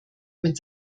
mit